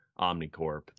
Omnicorp